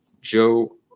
Joe